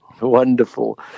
Wonderful